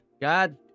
God